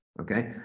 okay